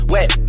Wet